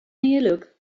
uile